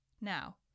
Now